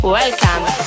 Welcome